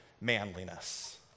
manliness